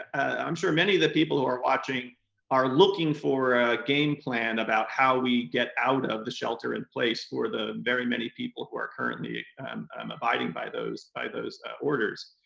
and i'm sure many of the people who are watching are looking for a game plan about how we get out of the shelter in place for the very many people who are currently and um abiding by those by those orders.